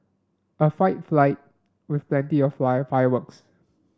a fight fly with plenty of fire fireworks